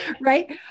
Right